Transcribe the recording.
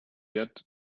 yet